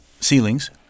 ceilings